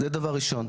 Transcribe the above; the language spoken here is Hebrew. זה דבר ראשון.